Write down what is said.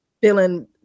feeling